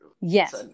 yes